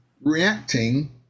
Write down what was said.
reacting